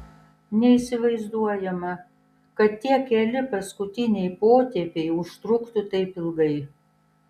neįsivaizduojama kad tie keli paskutiniai potėpiai užtruktų taip ilgai